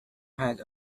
had